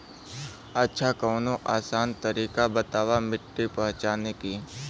अच्छा कवनो आसान तरीका बतावा मिट्टी पहचाने की?